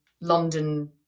London